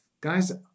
Guys